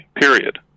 period